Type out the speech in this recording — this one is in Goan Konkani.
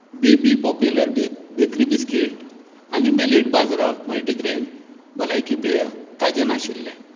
बी बी पॉप्युलर बेकरी बिस्किट आनी मेलिट बाजरा मल्टीग्रेन भलायकी पेय ताजें नाशिल्लें